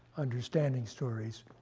understanding stories.